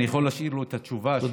אני יכול להשאיר לו את התשובה שלי.